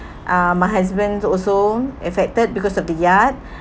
um my husband also affected because of the yard